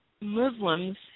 Muslims